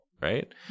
right